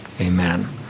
amen